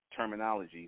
terminologies